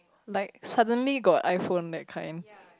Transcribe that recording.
like suddenly got iPhone that kind